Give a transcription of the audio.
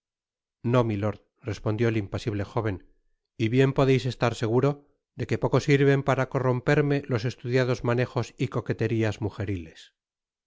no milord respondió el impasible jóven y bien podeis estar seguro de qne poco sirven para corromperme los estudiados manejos y coqueterias mujeriles